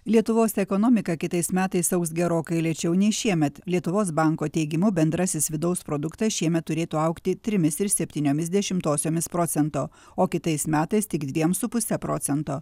lietuvos ekonomika kitais metais augs gerokai lėčiau nei šiemet lietuvos banko teigimu bendrasis vidaus produktas šiemet turėtų augti trimis ir septyniomis dešimtosiomis procento o kitais metais tik dviem su puse procento